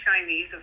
Chinese